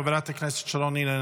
חברת הכנסת שרון ניר,